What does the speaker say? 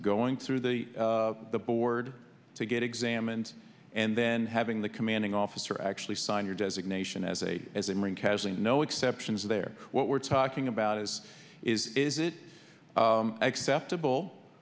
going through the board to get examined and then having the commanding officer actually sign your designation as a as a marine casting no exceptions there what we're talking about is is is it acceptable